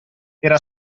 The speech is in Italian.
era